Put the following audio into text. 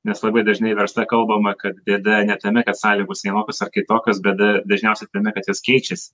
nes labai dažnai versle kalbama kad bėda ne tame kad sąlygos vienokios ar kitokios bėda dažniausiai tame kad jos keičiasi